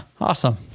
Awesome